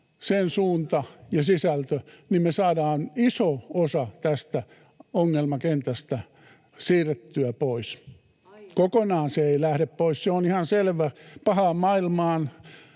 sen suunta ja sisältö, niin me saadaan iso osa tästä ongelmakentästä siirrettyä pois. Kokonaan se ei lähde pois, se on ihan selvä. Pahaan maailmaan